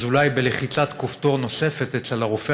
אז אולי בלחיצת כפתור נוספת אצל הרופא